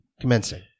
Commencing